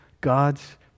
God's